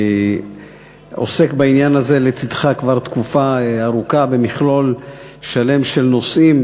אני עוסק בעניין הזה לצדך כבר תקופה ארוכה במכלול שלם של נושאים